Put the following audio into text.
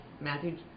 Matthew